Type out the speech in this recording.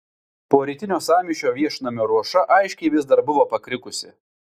po rytinio sąmyšio viešnamio ruoša aiškiai vis dar buvo pakrikusi